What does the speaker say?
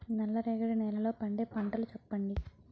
నల్ల రేగడి నెలలో పండే పంటలు చెప్పండి?